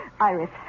Iris